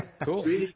Cool